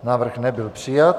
Návrh nebyl přijat.